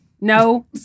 No